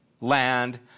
land